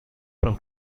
from